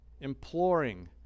imploring